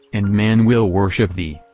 and man will worship thee,